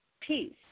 peace